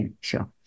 Sure